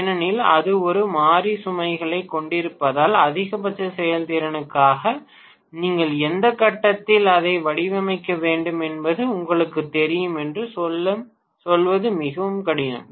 ஏனெனில் அது ஒரு மாறி சுமைகளைக் கொண்டிருப்பதால் அதிகபட்ச செயல்திறனுக்காக நீங்கள் எந்த கட்டத்தில் அதை வடிவமைக்க வேண்டும் என்பது உங்களுக்குத் தெரியும் என்று சொல்வது மிகவும் கடினம்